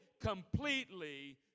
completely